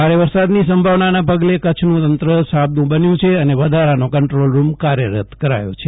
ભારે વરસાદની સંભાવનાના પગલે કચ્છનું તંત્ર સાબદું બન્યું છે અને વધારાનો કન્ટ્રોલ રૂમ કાર્ચરત કરાથો છે